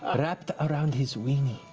ah wrapped around his weenie.